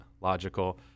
logical